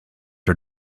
are